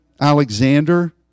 Alexander